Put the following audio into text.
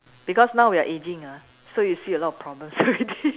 because now we are aging ah so you see a lot of problems already